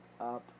up